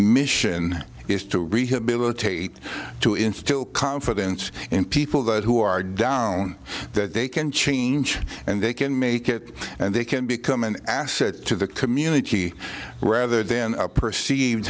mission is to rehabilitate to instill confidence in people that who are down that they can change and they can make it and they can become an asset to the community rather than a perceived